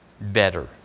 better